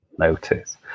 Notice